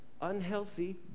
unhealthy